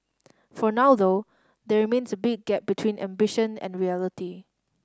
for now though there remains a big gap between ambition and reality